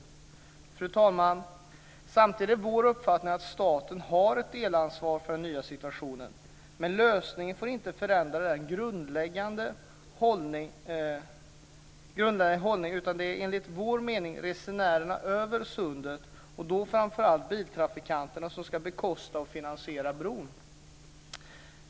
Fru talman! Samtidigt är vår uppfattning att staten har ett delansvar för den nya situationen. Men lösningen får inte förändra den grundläggande hållningen. Det är enligt vår mening de som reser över sundet, och då framför allt biltrafikanterna, som ska bekosta och finansiera bron.